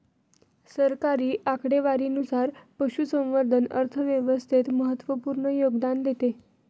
सरकारी आकडेवारीनुसार, पशुसंवर्धन अर्थव्यवस्थेत महत्त्वपूर्ण योगदान देते